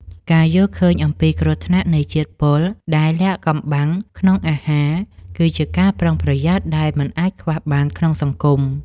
ការយល់ឃើញអំពីគ្រោះថ្នាក់នៃជាតិពុលដែលលាក់កំបាំងក្នុងអាហារគឺជាការប្រុងប្រយ័ត្នដែលមិនអាចខ្វះបានក្នុងសង្គម។